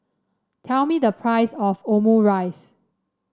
tell me the price of Omurice